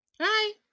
Hi